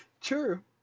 True